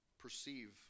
perceive